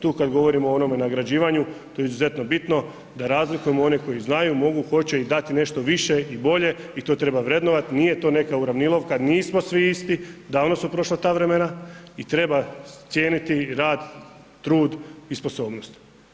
Tu kad govorimo o onome nagrađivanju, to je izuzetno bitno da razlikujemo one koji znaju, mogu, hoće i dat nešto više i bolje i to treba vrednovati, nije to neka uravnilovka, nismo svi isti, davno su prošla ta vremena i treba cijeniti rad, trud i sposobnost.